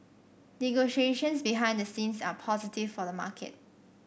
negotiations behind the scenes are positive for the market